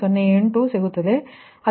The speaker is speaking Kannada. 008 ಸಿಗುತ್ತದೆ